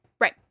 Right